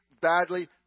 badly